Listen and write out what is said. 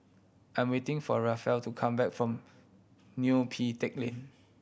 I'm waiting for Rafe to come back from Neo Pee Teck Lane